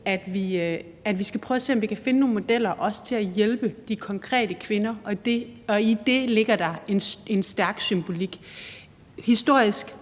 at vi også skal prøve at se, om vi kan finde nogle modeller til at hjælpe de konkrete kvinder, og i det ligger der en stærk symbolik. Historisk